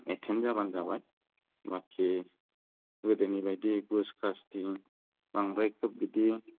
attend जाब्लानो जाबाय बाखि गोदोनि बायदि घुस घासनि बांद्राय खोब बिदि